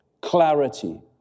Clarity